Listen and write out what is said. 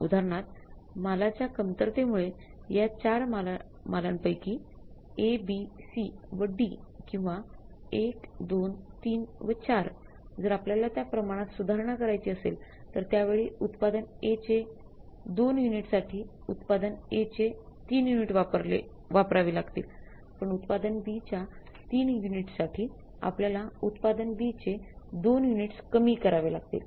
उदाहरणार्थ मालाच्या कमतरतेमुळे या ४ मालांपैके A B C व D किंवा १२३ व ४ जर आपल्यला त्या प्रमाणात सुधारणा करायची असेलतर त्यावेळी उत्पादन A चे २ युनिटसाठी उत्पादन A चे ३ युनिट वापरावे लागतील पण उत्पादन B च्या ३ युनिट्ससाठी आपल्यला उत्पादन B चे २ युनिट्स कमी करावे लागतील